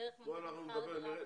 דרך מנגנון שכר דירה.